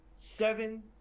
Seven